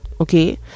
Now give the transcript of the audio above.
okay